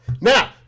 Now